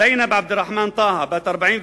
זינב עבד רחמאן טאהא, בת 45,